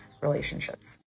relationships